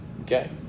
Okay